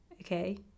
Okay